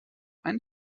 ein